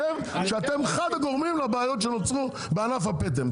אני חושב שאתם אחד הגורמים לבעיות שנוצרו בענף הפטם,